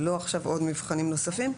לא עכשיו עוד מבחנים נוספים.